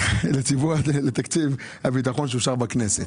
משוקף לתקציב הביטחון שאושר בכנסת.